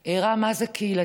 הראה בו מה זו קהילתיות,